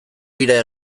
bira